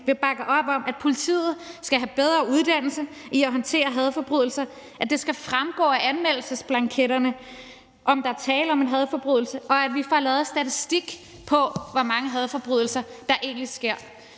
vil bakke op om, at politiet skal have bedre uddannelse i at håndtere hadforbrydelser, at det skal fremgå af anmeldelsesblanketterne, om der er tale om en hadforbrydelse, og at vi får lavet statistik over, hvor mange hadforbrydelser der egentlig sker,